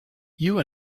you